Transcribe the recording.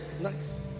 nice